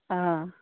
हँ